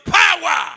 power